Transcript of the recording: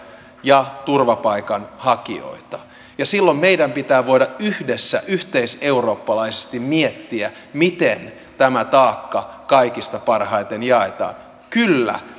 ja turvapaikanhakijoita ja silloin meidän pitää voida yhdessä yhteiseurooppalaisesti miettiä miten tämä taakka kaikista parhaiten jaetaan kyllä